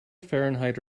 fahrenheit